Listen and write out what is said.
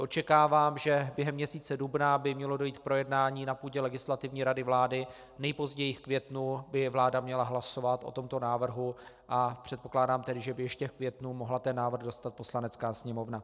Očekávám, že během měsíce dubna by mělo dojít k projednání na půdě Legislativní rady vlády, nejpozději v květnu by vláda měla hlasovat o tomto návrhu a předpokládám tedy, že by ještě v květnu mohla ten návrh dostat Poslanecká sněmovna.